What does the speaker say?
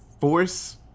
force